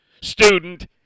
student